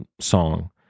song